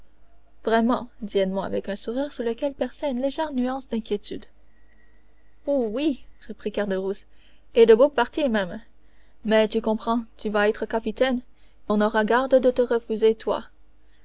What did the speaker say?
vraiment dit edmond avec un sourire sous lequel perçait une légère nuance d'inquiétude oh oui reprit caderousse et de beaux partis même mais tu comprends tu vas être capitaine on n'aura garde de te refuser toi